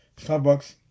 Starbucks